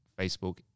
Facebook